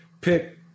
pick